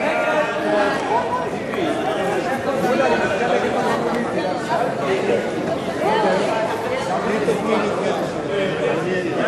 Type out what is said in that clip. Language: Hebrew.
ההצעה להעביר את הצעת חוק רשות השידור (תיקון מס' 25),